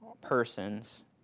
persons